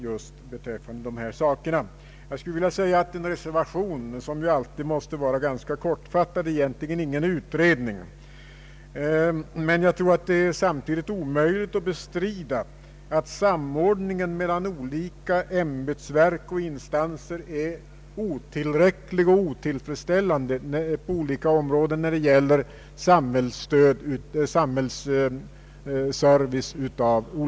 Jag menar dock att en reservation, som ju alltid måste vara ganska kortfattad, egentligen inte är någon utredning. Samtidigt är det omöjligt att bestrida att samordningen mellan olika ämbetsverk och instanser är otillräcklig och otillfredsställande på olika områden när det gäller skilda typer av samhällsservice.